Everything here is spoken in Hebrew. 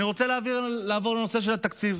אני רוצה לעבור לנושא של התקציב,